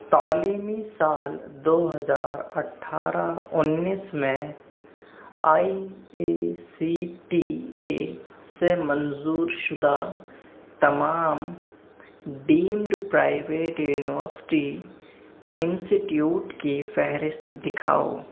تعلیمی سال دو ہزار اٹھارہ انیس میں I A C T E سے منظور شدہ تمام deemed private university institute کی فہرست دکھاؤ